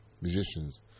musicians